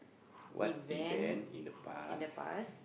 what event in the past